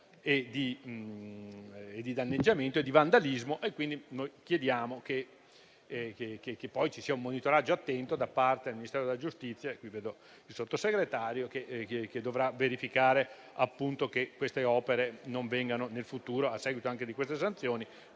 di danneggiamento e di vandalismo; chiediamo quindi che poi ci sia un monitoraggio attento da parte del Ministero della giustizia - vedo qui presente il Sottosegretario - che dovrà verificare che le opere non vengano più colpite nel futuro, a seguito anche di queste sanzioni.